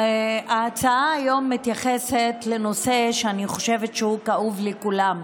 ההצעה היום מתייחסת לנושא שאני חושבת שהוא כאוב לכולם,